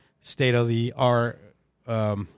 state-of-the-art